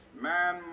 Man